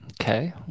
okay